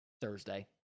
Thursday